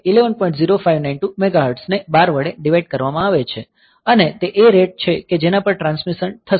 0592 megahertz ને 12 વડે divide કરવામાં આવે છે અને તે એ રેટ છે કે જેના પર ટ્રાન્સમિશન થશે